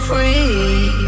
Free